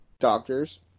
Doctors